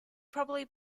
probably